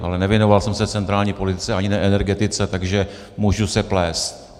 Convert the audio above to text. Ale nevěnoval jsem se centrální politice ani ne energetice, takže se můžu plést.